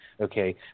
Okay